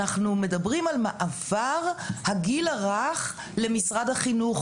אנחנו מדברים על מעבר הגיל הרך למשרד החינוך,